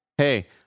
Hey